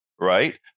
right